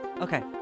Okay